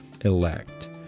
elect